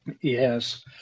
Yes